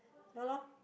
ya lor